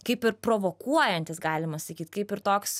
kaip ir provokuojantis galima sakyt kaip ir toks